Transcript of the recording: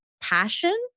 passion